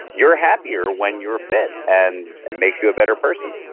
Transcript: you're happier when you're fit. and it makes you a better person.